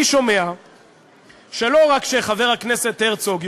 אני שומע שלא רק שחבר הכנסת הרצוג,